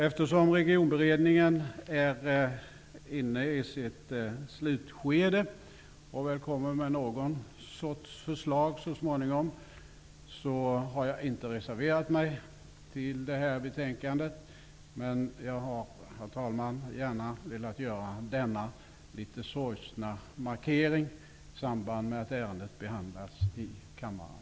Eftersom regionberedningen är inne i sitt slutskede och så småningom skall komma med någon sorts förslag har jag inte reserverat mig till detta betänkande. Men, herr talman, jag har gärna velat göra denna litet sorgsna markering i samband med att ärendet nu behandlas i kammaren.